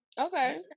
Okay